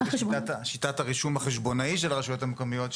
שיטת הרישום החשבונאי של הרשויות המקומיות.